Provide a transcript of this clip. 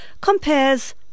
compares